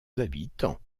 habitants